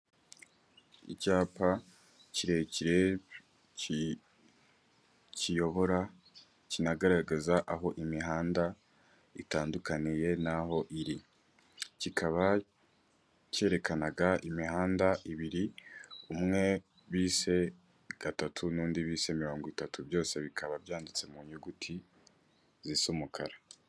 Icyapa kirekire kiyobora kinagaragaza aho imihanda itandukaniye naho iri, kikaba kerekanaga imihanda ibiri umwe bise gatatu n'undi bise mirongo itatu byose bikaba byanditse mu nyuguti zisa umukara.